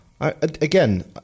Again